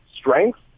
strength